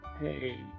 Hey